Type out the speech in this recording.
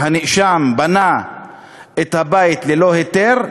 שהנאשם בנה את הבית ללא היתר,